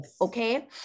Okay